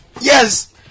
Yes